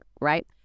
right